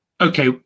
Okay